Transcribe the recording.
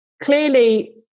clearly